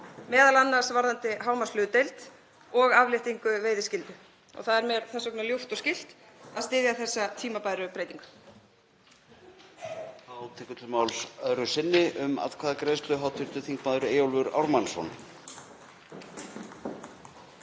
veiða, m.a. varðandi hámarkshlutdeild og afléttingu veiðiskyldu. Það er mér þess vegna ljúft og skylt að styðja þessa tímabæru breytingu.